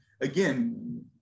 again